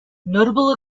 notable